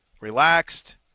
relaxed